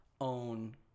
own